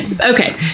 Okay